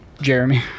Jeremy